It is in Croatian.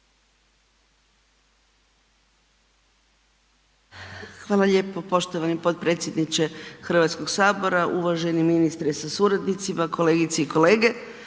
Hvala lijepo poštovani potpredsjedniče HS, uvaženi g. Katiću sa suradnicom, kolegice i kolege,